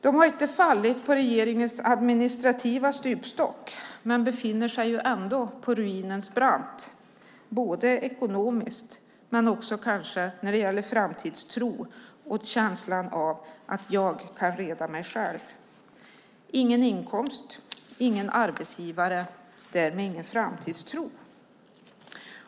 De har inte fallit på regeringens administrativa stupstock, men befinner sig ändå på ruinens brant både ekonomiskt och när det gäller framtidstro och känslan av att kunna reda sig själv. Ingen inkomst och ingen arbetsgivare - därmed ingen framtidstro.